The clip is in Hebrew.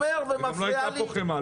וגם לא הייתה פה חמאה.